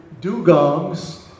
dugongs